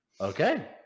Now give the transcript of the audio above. Okay